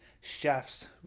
chefs